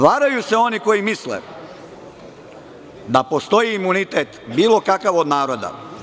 Varaju se oni koji misle da postoji imunitet bilo kakav od naroda.